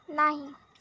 नाही